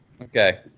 Okay